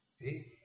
See